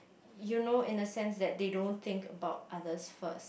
you know in a sense that they don't think about others first